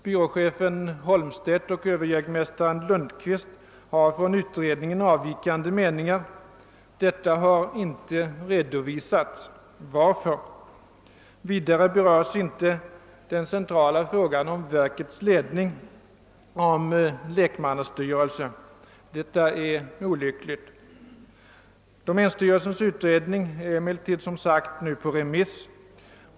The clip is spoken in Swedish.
Byråchefen Holmstedt och överjägmästare Lundqvist har från utredningen avvikande meningar, men detta har inte redovisats. Varför har inte detta skett? Vidare berörs inte den centrala frågan om verkets ledning, om lekmannastyrelse. Det är olyckligt. Domänstyrelsens utredning är som sagt nu föremål för remissförfarande.